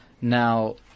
Now